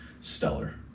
stellar